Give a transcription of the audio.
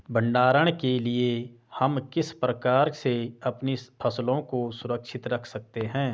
भंडारण के लिए हम किस प्रकार से अपनी फसलों को सुरक्षित रख सकते हैं?